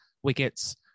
wickets